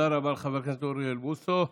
תודה רבה לחבר הכנסת אוריאל בוסו.